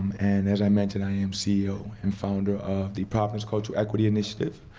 and as i mentioned, i am ceo and founder of the providence culture equity initiative,